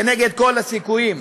כנגד כל הסיכויים.